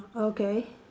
okay